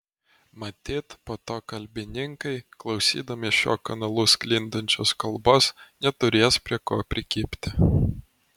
matyt po to kalbininkai klausydami šiuo kanalu sklindančios kalbos neturės prie ko prikibti